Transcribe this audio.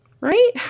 right